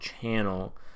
channel